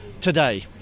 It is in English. today